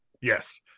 Yes